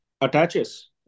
attaches